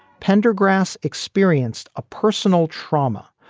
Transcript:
pendergrass experienced a personal trauma,